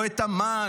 לא את אמ"ן,